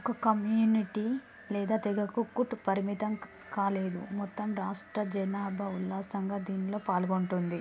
ఒక కమ్యూనిటీ లేదా తేగకు కుట్ పరిమితం కాలేదు మొత్తం రాష్ట్ర జనాభా ఉల్లాసంగా దీనిలో పాల్గొంటుంది